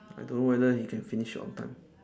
I don't know whether you can finish on time